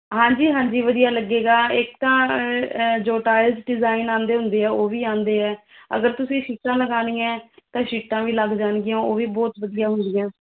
ਹਾਂਜੀ ਹਾਂਜੀ ਵਧੀਆ ਲੱਗੇਗਾ ਇੱਕ ਤਾਂ ਜੋ ਟਾਇਲਸ ਡਿਜਾਇਨ ਆਉਂਦੇ ਹੁੰਦੇ ਹੈ ਉਹ ਵੀ ਆਉਂਦੇ ਹੈ ਅਗਰ ਤੁਸੀਂ ਸ਼ੀਟਾਂ ਲਗਾਣੀਆਂ ਹੈ ਤਾਂ ਸ਼ੀਟਾਂ ਵੀ ਲੱਗ ਜਾਣਗੀਆਂ ਉਹ ਵੀ ਬਹੁਤ ਵਧੀਆ ਹੁੰਦੀਆਂ